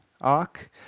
arc